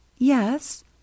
Yes